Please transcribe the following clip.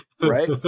Right